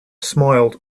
smiled